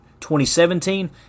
2017